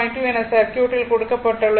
2 என சர்க்யூட்டில் கொடுக்கப்பட்டுள்ளது